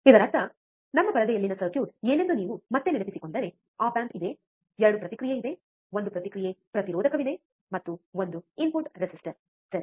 ಇದರರ್ಥ ನಮ್ಮ ಪರದೆಯಲ್ಲಿನ ಸರ್ಕ್ಯೂಟ್ ಏನೆಂದು ನೀವು ಮತ್ತೆ ನೆನಪಿಸಿಕೊಂಡರೆ ಆಪ್ ಆಂಪ್ ಇದೆ 2 ಪ್ರತಿಕ್ರಿಯೆ ಇದೆ ಒಂದು ಪ್ರತಿಕ್ರಿಯೆ ಪ್ರತಿರೋಧಕವಿದೆ ಮತ್ತು ಒಂದು ಇನ್ಪುಟ್ ರೆಸಿಸ್ಟರ್ ಸರಿ